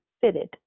fitted